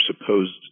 supposed